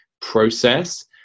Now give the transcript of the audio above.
process